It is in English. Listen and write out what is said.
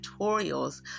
tutorials